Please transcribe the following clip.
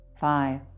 five